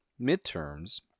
midterms